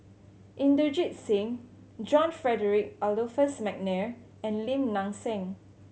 Inderjit Singh John Frederick Adolphus McNair and Lim Nang Seng